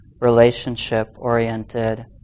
relationship-oriented